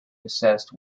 assessed